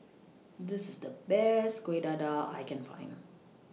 This IS The Best Kuih Dadar I Can Find